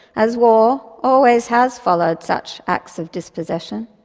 as war always has followed such acts of dispossession.